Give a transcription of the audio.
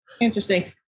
interesting